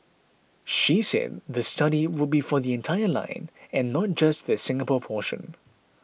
she said the study would be for the entire line and not just the Singapore portion